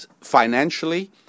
Financially